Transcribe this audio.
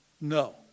No